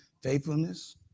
faithfulness